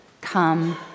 come